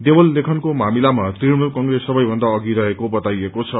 देवल लेखनको मामिलामा तृणमूल कंग्रेस सबैभन्दा अघि रहेको बताइएको छ